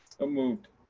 moved.